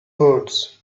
birds